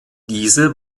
diese